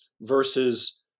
versus